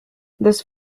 this